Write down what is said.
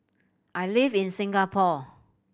I live in Singapore